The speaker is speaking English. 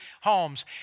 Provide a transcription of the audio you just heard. homes